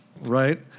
right